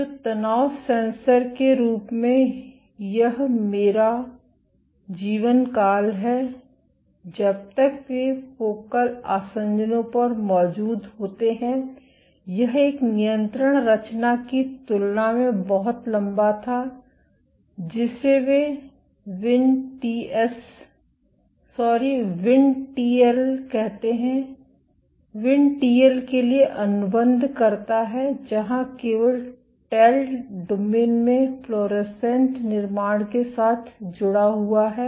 तो तनाव सेन्सर के रूप में यह मेरा जीवनकाल है जब तक वे फोकल आसंजनों पर मौजूद होते हैं यह एक नियंत्रण रचना की तुलना में बहुत लंबा था जिसे वे vin TS sorry vin TL कहते है विन टीएल के लिए अनुबंध करता है जहां केवल टेल डोमेन में फ्लोरोसेंट निर्माण के साथ जुड़ा हुआ है